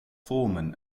foreman